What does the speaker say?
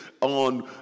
on